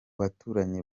baturanyi